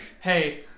Hey